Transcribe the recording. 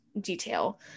detail